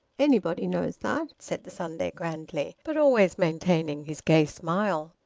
anybody knows that! said the sunday grandly, but always maintaining his gay smile.